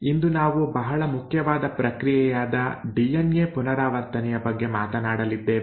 ಇಂದು ನಾವು ಬಹಳ ಮುಖ್ಯವಾದ ಪ್ರಕ್ರಿಯೆಯಾದ ಡಿಎನ್ಎ ಪುನರಾವರ್ತನೆಯ ಬಗ್ಗೆ ಮಾತನಾಡಲಿದ್ದೇವೆ